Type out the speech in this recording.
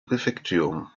préfecture